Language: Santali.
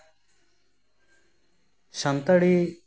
ᱥᱟᱱᱛᱟᱲᱤ